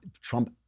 Trump